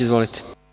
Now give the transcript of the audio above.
Izvolite.